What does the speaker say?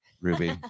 Ruby